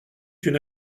une